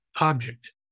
object